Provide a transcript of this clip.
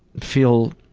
feel